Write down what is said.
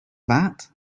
that